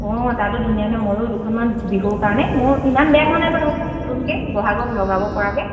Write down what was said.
অঁ তাতো ধুনীয়া ধুনীয়া ময়ো দুখনমান বিহুৰ কাৰণে মোৰ ইমান বেয়া হোৱা নাই নতুনকৈ ব'হাগত লগাব পৰাকৈ